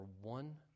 one